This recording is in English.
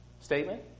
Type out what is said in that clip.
statement